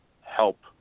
help